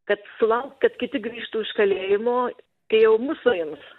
kad sulaukt kad kiti grįžtu iš kalėjimo kai jau mus suims